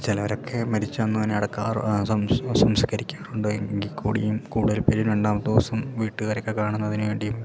ചിലരൊക്കെ മരിച്ച അന്ന് തന്നെ അടക്കാറ് സംസ്കരിക്കാറുണ്ട് എങ്കിൽക്കൂടിയും കൂടുതൽ പേരും രണ്ടാമത്ത ദിവസം വീട്ടുകാരൊക്കെ കാണുന്നതിന് വേണ്ടിയും